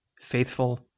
Faithful